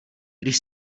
když